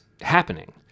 happening